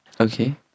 Okay